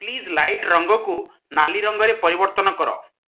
please light ରଙ୍ଗକୁ ନାଲି ରଙ୍ଗରେ ପରିବର୍ତ୍ତନ କର